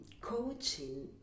coaching